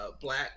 black